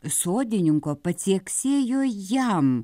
sodininko pacieksėjo jam